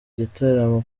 gitaramo